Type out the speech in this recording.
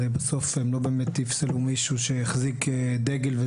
הרי בסוף הם לא באמת יפסלו מישהו שהחזיק דגל.